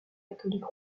catholique